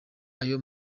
ayo